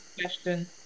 question